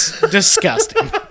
disgusting